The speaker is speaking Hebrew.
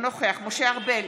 אינו נוכח משה ארבל,